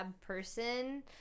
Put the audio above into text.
person